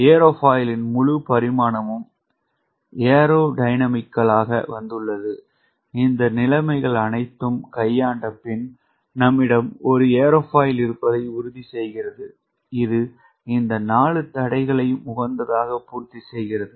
ஏரோஃபாயிலின் முழு பரிணாமமும் ஏரோடைனமிகலாக வந்துள்ளது இந்த நிலைமைகள் அனைத்தையும் கையாண்டபின் நம்மிடம் ஒரு ஏரோஃபாயில் இருப்பதை உறுதிசெய்கிறது இது இந்த 4 தடைகளையும் உகந்ததாக பூர்த்தி செய்கிறது